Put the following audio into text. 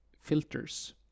filters